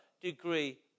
degree